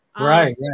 Right